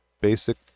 basic